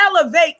elevate